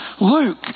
Luke